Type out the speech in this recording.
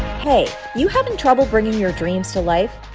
hey, you having trouble bringing your dreams to life?